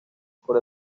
por